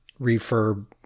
refurb